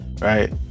right